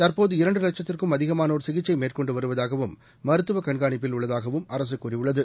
தற்போது இரண்டுவட்கத்திற்கும் அதிகமானோர் சிகிச்சைமேற்கொண்டுவருவதாகவும் மருத்துவகண்கானிப்பில் உள்ளதாகவும் அரசுகூறியுள்ளது